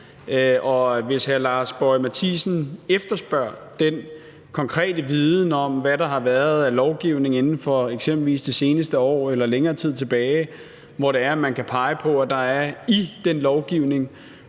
hvis hr. Lars Boje Mathiesen efterspørger den konkrete viden om, hvad der har været af lovgivning inden for eksempelvis det seneste år eller længere tid tilbage, hvor man kan pege på, at der i den lovgivning